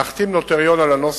להחתים נוטריון על הנוסח,